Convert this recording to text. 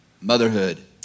motherhood